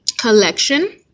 Collection